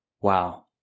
Wow